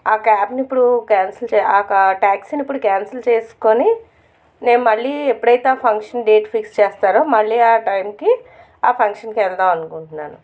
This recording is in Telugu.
ఆ క్యాబ్ని ఇప్పుడు క్యాన్సిల్ చేయాలి ఆ టాక్సీని ఇప్పుడు క్యాన్సిల్ చేసుకొని మేము మళ్ళీ ఎప్పుడైతే ఫంక్షన్ డేట్ ఫిక్స్ చేస్తారో మళ్ళీ ఆ టైంకి ఆ ఫంక్షన్కి వెళదాము అనుకుంటున్నాను